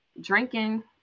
drinking